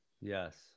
Yes